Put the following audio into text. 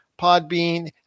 Podbean